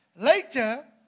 Later